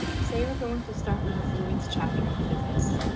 say are going to start with a fluids chapter in physics.